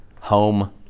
home